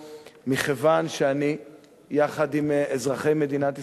מכיוון שאני יחד עם אזרחי מדינת ישראל,